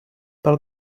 pel